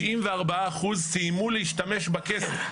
94% סיימו להשתמש בכסף.